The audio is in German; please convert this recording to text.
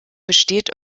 besteht